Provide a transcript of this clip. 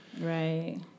right